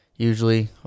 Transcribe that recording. Usually